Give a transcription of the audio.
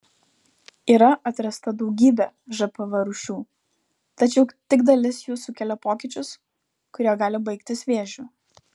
yra atrasta daugybė žpv rūšių tačiau tik dalis jų sukelia pokyčius kurie gali baigtis vėžiu